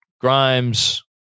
Grimes